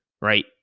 right